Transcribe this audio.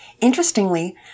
interestingly